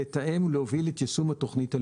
לתאם ולהוביל את יישום התוכנית הלאומית.